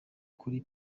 kuri